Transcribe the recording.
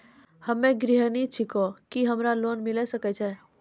हम्मे गृहिणी छिकौं, की हमरा लोन मिले सकय छै?